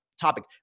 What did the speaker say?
topic